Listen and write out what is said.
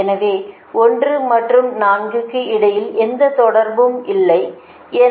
எனவே 1 மற்றும் 4 க்கு இடையில் எந்த தொடர்பும் இல்லை எனவே